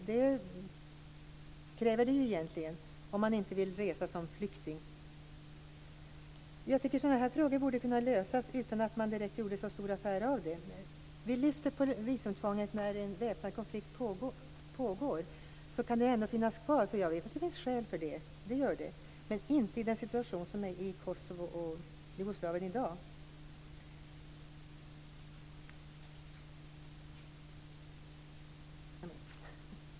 Det krävs det ju egentligen om man inte vill resa som flykting. Jag tycker att sådana här frågor borde kunna lösas utan att man direkt gjorde så stor affär av det. Vi lyfter på visumtvånget när en väpnad konflikt pågår. Då kan det ändå finnas kvar, för jag vet att det finns skäl för det. Det gör det. Men inte i den situation som råder i Kosovo och Jugoslavien i dag.